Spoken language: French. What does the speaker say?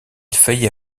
faillit